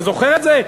אתה זוכר את זה?